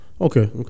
Okay